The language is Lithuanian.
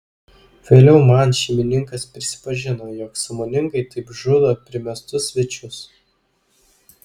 vėliau man šeimininkas prisipažino jog sąmoningai taip žudo primestus svečius